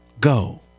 go